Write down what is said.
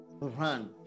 run